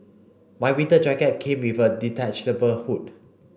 my winter jacket came with a detachable hood